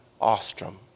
Ostrom